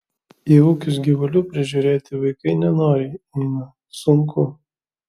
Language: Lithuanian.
į ūkius gyvulių prižiūrėti vaikai nenoriai eina sunku